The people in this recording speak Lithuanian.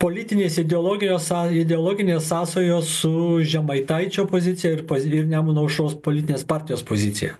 politinės ideologijos są ideologinės sąsajos su žemaitaičio pozicija ir pazi ir nemuno aušros politinės partijos pozicija